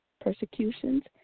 persecutions